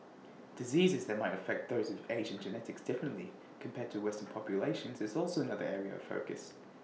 diseases that might affect those with Asian genetics differently compared to western populations is also another area of focus